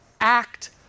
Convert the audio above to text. act